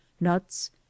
nuts